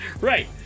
Right